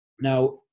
now